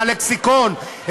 מהלקסיקון,